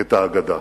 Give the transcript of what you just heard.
את האגדה.